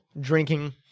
Drinking